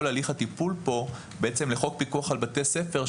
הליך הטיפול פה לחוק פיקוח על בתי ספר,